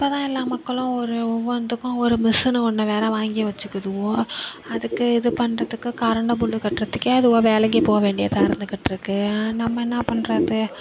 இப்போதான் எல்லா மக்களும் ஒரு ஒவ்வொன்றுத்துக்கும் ஒரு மிசின் ஒன்று வேற வாங்கி வச்சிக்கிதுவோ அதுக்கு இது பண்றதுக்கு கரண்ட் பில் கட்டுறத்துக்கே அதுவோ வேலைக்கு போக வேண்டியதாக இருந்துகிட்ருக்கு நம்ம என்ன பண்றது